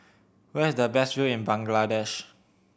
where is the best view in Bangladesh